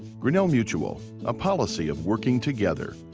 grinnell mutual a policy of working together.